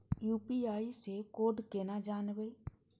UPI से code केना जानवै?